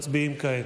מצביעים כעת.